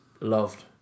loved